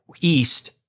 east